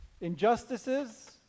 injustices